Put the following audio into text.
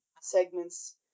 segments